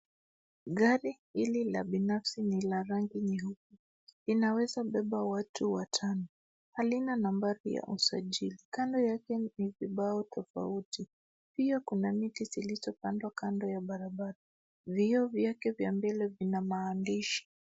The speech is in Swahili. Gari hili la binafsi ni la rangi nyeupe. Inaweza beba watu watano. Halina nambari ya usajili. Kando yake ni vibao tofauti. Pia kuna miti zilizopandwa kando ya barabara. Vioo vyake vya mbele vina maandishi.